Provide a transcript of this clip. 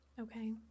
Okay